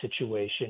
situation